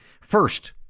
First